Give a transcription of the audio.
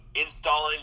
installing